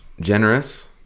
generous